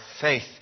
faith